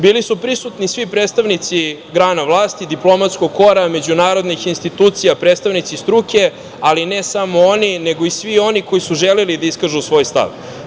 Bili su prisutni svi predstavnici grana vlasti, diplomatskog kora, međunarodnih institucija, predstavnici struke, ali ne samo oni, nego i svi oni koji su želeli da iskažu svoj stav.